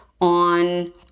on